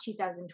2020